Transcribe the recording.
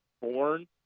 born